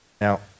Now